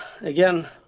again